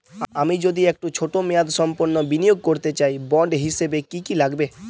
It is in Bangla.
আমি যদি একটু ছোট মেয়াদসম্পন্ন বিনিয়োগ করতে চাই বন্ড হিসেবে কী কী লাগবে?